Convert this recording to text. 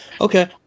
Okay